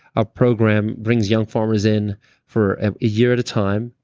ah program brings young farmers in for ah a year at a time,